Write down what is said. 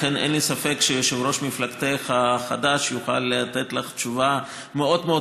לכן אין לי ספק שיושב-ראש מפלגתך החדש יוכל לתת לך תשובה מאוד מאוד